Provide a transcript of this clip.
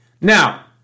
Now